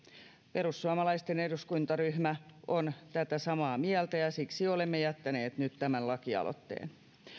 perussuomalaisten eduskuntaryhmä on tätä samaa mieltä ja siksi olemme jättäneet nyt tämän lakialoitteen